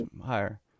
higher